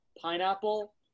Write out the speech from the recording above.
pineapple